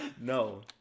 No